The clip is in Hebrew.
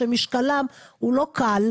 שמשקלם הוא לא קל,